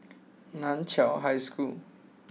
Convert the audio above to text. Nan Chiau High School